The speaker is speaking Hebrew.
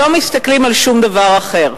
לא מסתכלים על שום דבר אחר.